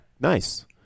Nice